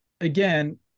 again